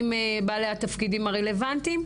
עם בעלי התפקידים הרלוונטיים?